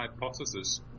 hypothesis